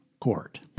Court